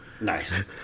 Nice